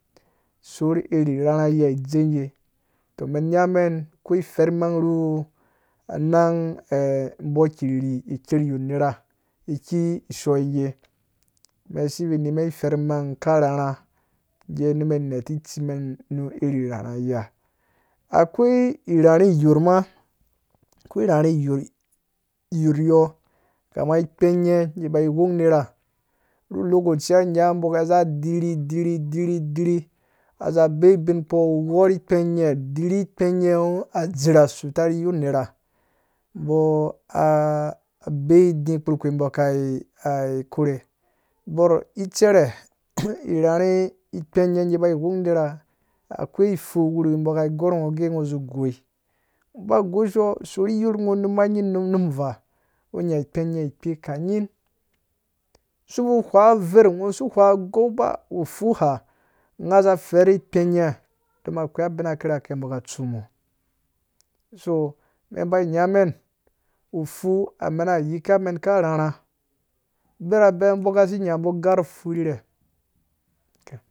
Sorh irharhra idze ngge to mɛn nya mbɔ ka rhi ikerh iyorh nerha iki shɔi ngge men sivi nimen iferh imang akarharha gɛ nu mɛn nɛti tsi men nu iri irhayi yiha akwei irherhi irorh kama nenye ngge ba ighong unerba nu lokaciya ngo nya mbo kaza irhi, dirhi, dirhi, dirhi aza bei ubin kpɔ ghori ikpe nye ha dirh inpenya ooo azirh asuta rhi yorh nerha mbɔ bei i kpurh kpi mbɔ ka ikorhe borh icerhe irharhi ikpenye ngge ba ighong unerha akwei fu wurhuwi mbo ka igorh ngɔ gɛ ngo zi goi ngɔ ba za gosho sorhi yorh ngɔ unuma nyin, num vaa kpu nya ikpenya ikpe ka nyin sivu hwangɔ uverh ngɔ si hwa ngɔ agɔu ba utu ha nga ferhe ikpenyɛ on akwei agɔu akirhake mbɔ ka ts mɔ so men mba nya mɛn utu amɛna yika mɛn akarharha birabɛ mbɔ kasi nyãmbo ugarh ufu irhirhe